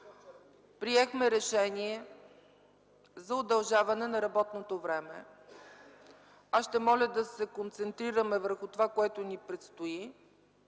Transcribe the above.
приехме решение за удължаване на работното време. Аз ще моля да се концентрираме върху това, което ни предстои,